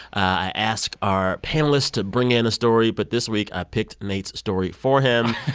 i ask our panelists to bring in a story, but this week, i picked nate's story for him.